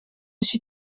suis